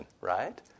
right